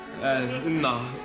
no